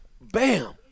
Bam